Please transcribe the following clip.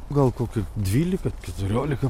gal kokių dvylika keturiolika